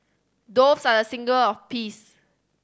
doves are a symbol of peace